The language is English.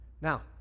Now